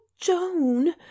joan